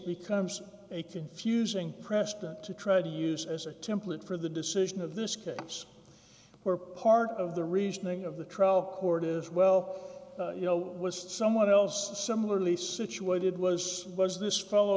becomes a confusing preston to try to use as a template for the decision of this case where part of the reasoning of the trial court is well you know what someone else similarly situated was was this fellow